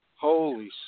holy